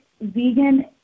Vegan